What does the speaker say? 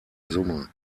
summe